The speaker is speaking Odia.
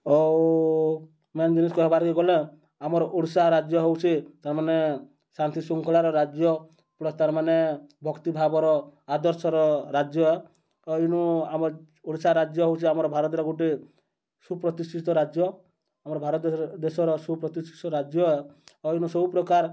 ଆଉ ମେନ୍ ଜିନିଷ୍ କହେବାର୍ କେ ଗଲେ ଆମର୍ ଓଡ଼ିଶା ରାଜ୍ୟ ହେଉଛେ ତା'ର୍ମାନେ ଶାନ୍ତି ଶୃଙ୍ଖଳାର ରାଜ୍ୟ ପ୍ଲସ୍ ତା'ର୍ମାନେ ଭକ୍ତିଭାବର ଆଦର୍ଶର ରାଜ୍ୟ ତ ଇନୁ ଆମର୍ ଓଡ଼ିଶା ରାଜ୍ୟ ହେଉଛି ଆମର ଭାରତର ଗୋଟେ ସୁପ୍ରତିଷ୍ଠିତ ରାଜ୍ୟ ଆମର୍ ଭାରତ ଦେଶର ସୁପ୍ରତିଷ୍ଠିତ ରାଜ୍ୟ ଆଉ ଇନୁ ସବୁପ୍ରକାର